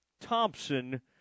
Thompson